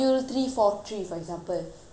your resit examination details